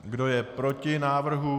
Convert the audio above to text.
Kdo je proti návrhu?